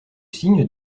signe